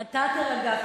אתה תירגע.